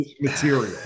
material